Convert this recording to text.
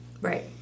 Right